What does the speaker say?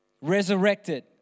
resurrected